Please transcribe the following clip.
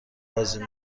بازی